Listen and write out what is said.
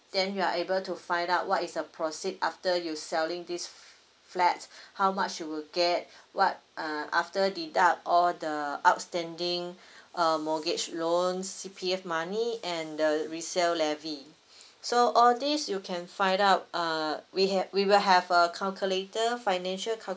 then you are able to find out what is a proceed after you selling this flats how much you will get what uh after deduct all the outstanding uh mortgage loan C_P_F money and the resale levy so all this you can find out uh we have we will have a calculator financial calculator